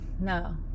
No